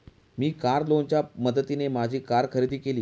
मी car लोनच्या मदतीने माझी कार खरेदी केली